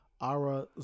Ara